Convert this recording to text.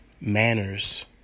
manners